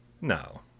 no